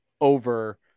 over